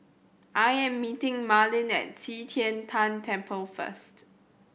I am meeting Marlene at Qi Tian Tan Temple first